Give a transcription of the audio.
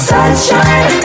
Sunshine